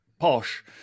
posh